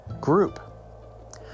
group